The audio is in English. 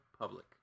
public